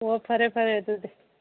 ꯑꯣ ꯐꯔꯦ ꯐꯔꯦ ꯑꯗꯨꯗꯤ